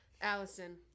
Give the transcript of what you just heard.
allison